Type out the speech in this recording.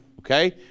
Okay